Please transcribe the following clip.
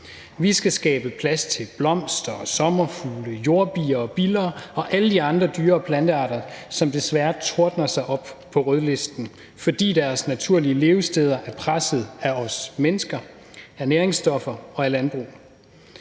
Vi skal skabe plads til blomster, sommerfugle, jordbier og biller og alle de andre dyre- og plantearter, som desværre tårner sig op på rødlisten, fordi deres naturlige levesteder er presset af os mennesker, af næringsstoffer og af landbrug.